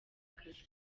akazi